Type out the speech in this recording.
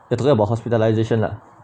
you're talking about hospitalisation lah